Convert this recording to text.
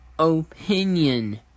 Opinion